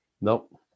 Nope